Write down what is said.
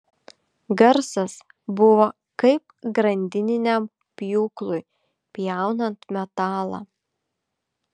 garsas buvo kaip grandininiam pjūklui pjaunant metalą